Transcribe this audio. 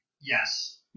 Yes